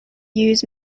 use